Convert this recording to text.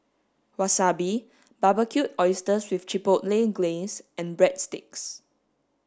Wasabi Barbecued Oysters with Chipotle Glaze and Breadsticks